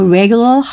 regular